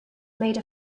made